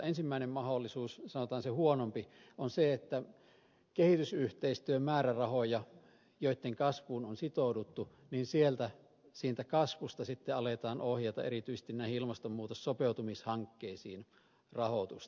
ensimmäinen mahdollisuus sanotaan se huonompi on se että kehitysyhteistyömäärärahoja joitten kasvuun on sitouduttu siitä kasvusta aletaan ohjata erityisesti näihin ilmastonmuutossopeutumishankkeisiin rahoitusta